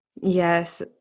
Yes